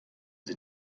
sie